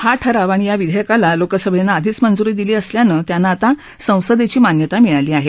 हा ठराव आणि या विधेयकाला लोकसभेनं आधीच मंजुरी दिली असल्यानं त्यांना आता संसदेची मान्यता मिळाली आहे